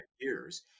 years